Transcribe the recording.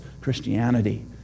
Christianity